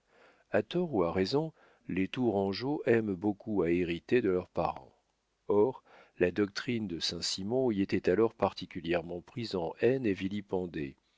a tort ou à raison les tourangeaux aiment beaucoup à hériter de leurs parents or la doctrine de saint-simon y était alors particulièrement prise en haine et vilipendée